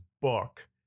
book